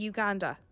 Uganda